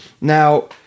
Now